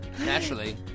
Naturally